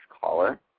caller